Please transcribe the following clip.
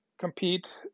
compete